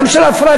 גם של הפרדה,